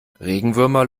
regenwürmer